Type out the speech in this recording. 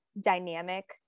dynamic